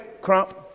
Crump